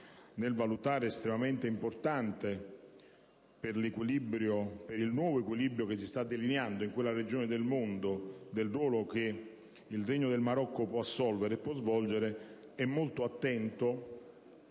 nel valutare come estremamente importante per il nuovo equilibrio che si sta delineando in quella regione del mondo il ruolo che il Regno del Marocco può assolvere, è molto attento